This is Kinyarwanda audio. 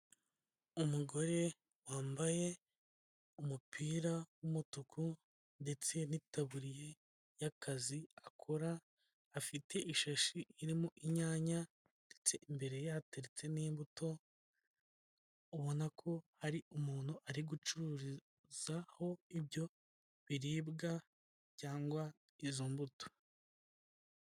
Umugore wambaye umupira w'umutuku ndetse n'itaburiya y'akazi akora, afite ishashi irimo inyanya ndetse imbere ye hateretse n'imbuto, ubona ko hari umuntu ari gucuruzaho ibyo biribwa cyangwa izo mbuto.